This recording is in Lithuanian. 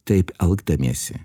taip elgdamiesi